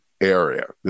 Area